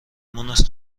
مونس